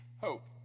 Hope